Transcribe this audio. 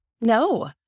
No